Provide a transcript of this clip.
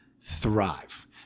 Thrive